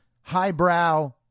highbrow